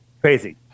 crazy